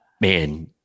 man